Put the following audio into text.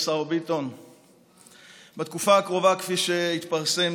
כפי שהתפרסם,